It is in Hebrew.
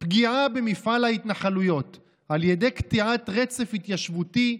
פגיעה במפעל ההתנחלויות על ידי קטיעת רצף התיישבותי,